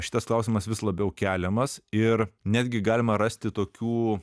šitas klausimas vis labiau keliamas ir netgi galima rasti tokių